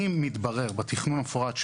אם מתברר בתכנון המפורט,